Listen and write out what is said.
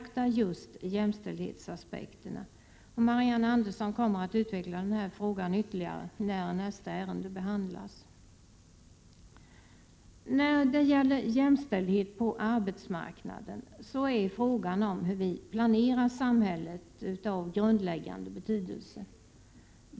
Marianne Andersson kommer att utveckla denna fråga ytterligare när nästa ärende behandlas. När det gäller jämställdhet på arbetsmarknaden är frågan om hur samhället planeras av grundläggande betydelse.